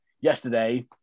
yesterday